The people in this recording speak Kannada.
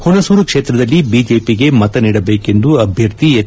ಹುಣಸೂರು ಕ್ಷೇತ್ರದಲ್ಲಿ ಬಿಜೆಪಿಗೆ ಮತ ನೀಡಬೇಕೆಂದು ಅಭ್ಯರ್ಥಿ ಎಚ್